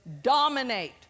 dominate